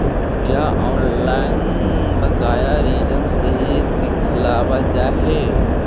का ऑनलाइन बकाया ऋण सही दिखावाल जा हई